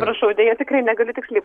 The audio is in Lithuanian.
prašau deja tikrai negaliu tiksliai